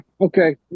okay